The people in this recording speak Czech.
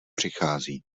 přichází